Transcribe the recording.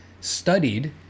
studied